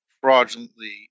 fraudulently